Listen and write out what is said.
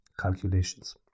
calculations